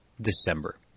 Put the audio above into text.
December